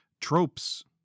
tropes